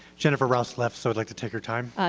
jennifer rouse left, so i would like to take her time.